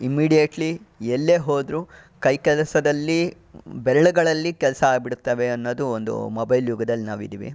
immediately ಎಲ್ಲೇ ಹೋದರೂ ಕೈ ಕೆಲಸದಲ್ಲಿ ಬೆರಳುಗಳಲ್ಲಿ ಕೆಲಸ ಆಗ್ಬಿಡ್ತವೆ ಅನ್ನೋದು ಒಂದು ಮೊಬೈಲ್ ಯುಗದಲ್ಲಿ ನಾವಿದ್ದೀವಿ